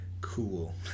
cool